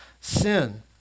sin